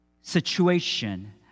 situation